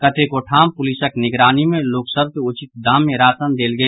कतेको ठाम पुलिसक निगरानी मे लोक सभ के उचित दाम मे राशन देल गेल